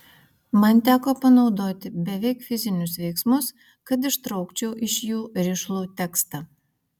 man teko panaudoti beveik fizinius veiksmus kad ištraukčiau iš jų rišlų tekstą